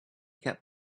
kept